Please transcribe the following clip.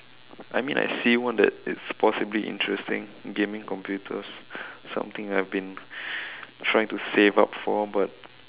I mean I see one that is possibly interesting gaming computers something I've been trying to save up for but